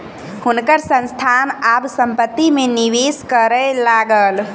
हुनकर संस्थान आब संपत्ति में निवेश करय लागल